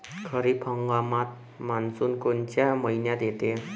खरीप हंगामात मान्सून कोनच्या मइन्यात येते?